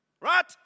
Right